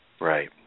Right